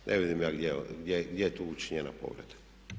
Ne vidim ja gdje je tu učinjena povreda.